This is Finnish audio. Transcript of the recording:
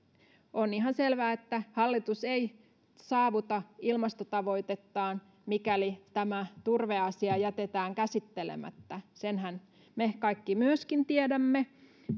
on ihan selvää että hallitus ei saavuta ilmastotavoitettaan mikäli tämä turveasia jätetään käsittelemättä senhän me kaikki myöskin tiedämme